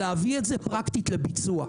להביא את זה פרקטית לביצוע.